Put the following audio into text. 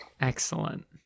excellent